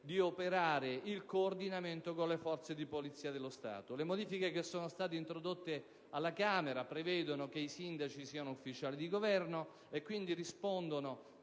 di operare il coordinamento con le forze di polizia dello Stato. Le modifiche introdotte alla Camera prevedono che i Sindaci siano ufficiali di Governo e quindi rispondano